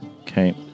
okay